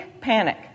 panic